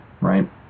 right